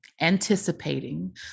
anticipating